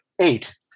eight